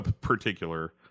particular